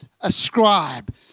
Ascribe